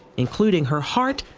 including her heart,